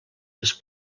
les